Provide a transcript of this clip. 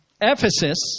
Ephesus